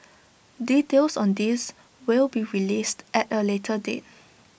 details on this will be released at A later date